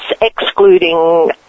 excluding